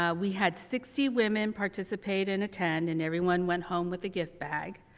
um we had sixty woman participate and attend and everyone went home with a gift bag.